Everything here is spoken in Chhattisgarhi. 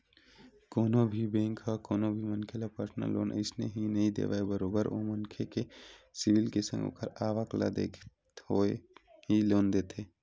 कोनो भी बेंक ह कोनो भी मनखे ल परसनल लोन अइसने ही नइ देवय बरोबर ओ मनखे के सिविल के संग ओखर आवक ल देखत होय ही लोन देथे